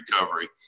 recovery